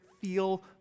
feel